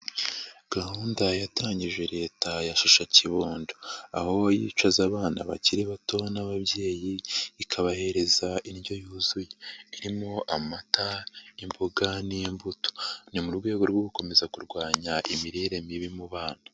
Gahunda yatangije Leta ya shisha kibondo. Aho yicuza abana bakiri bato n'ababyeyi ikabahereza indyo yuzuye irimo amata, imboga n'imbuto. Ni mu rwego rwo gukomeza kurwanya imirire mibi mu bana.